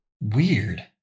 Weird